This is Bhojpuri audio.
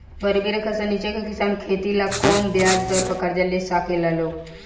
गरीबी रेखा से नीचे के किसान खेती ला कम ब्याज दर पर कर्जा ले साकेला लोग